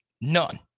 None